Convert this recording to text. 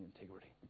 integrity